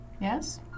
Yes